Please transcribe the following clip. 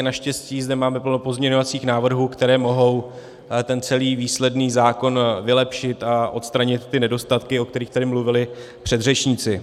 Naštěstí zde máme plno pozměňovacích návrhů, které mohou celý výsledný zákon vylepšit a odstranit nedostatky, o kterých tady mluvili předřečníci.